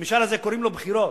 המשאל הזה, קוראים לו בחירות.